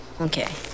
okay